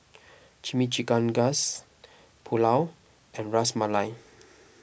Chimichangas Pulao and Ras Malai